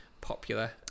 popular